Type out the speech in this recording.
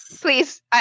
please